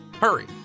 Hurry